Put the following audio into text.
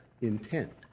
intent